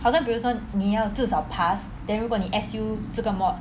好像比如说你要至少 pass then 如果你 S_U 这个 mod